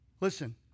Listen